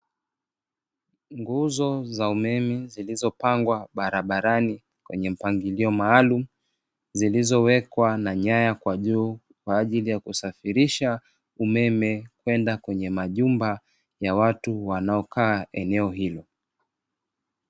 Nguzo za umeme zilizopangwa barabarani kwenye mpangilio maalumu, zilizowekwa na nyaya kwa juu kwa ajili ya kusafirisha umeme kwenda kwenye majumba ya watu wanaokaa eneo hilo.